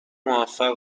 موفق